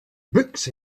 books